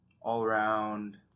all-around